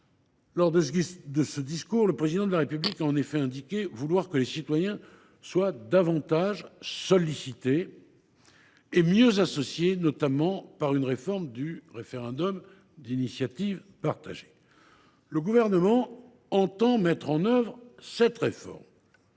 Dans ce discours, le Président de la République a en effet indiqué vouloir que les citoyens soient « davantage sollicités et mieux associés », notamment par une réforme du référendum d’initiative partagée. Le Gouvernement entend mettre en œuvre une telle réforme.